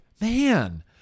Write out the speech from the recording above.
Man